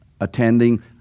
attending